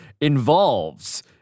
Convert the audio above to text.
involves